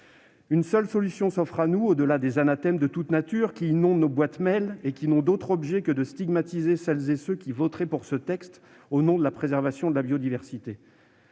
Une seule solution s'offre à nous, au-delà des anathèmes de toute nature qui inondent nos boîtes aux lettres électroniques et qui n'ont d'autre objet que de stigmatiser celles et ceux qui voteraient pour ce texte, au nom de la préservation de la biodiversité.